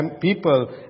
people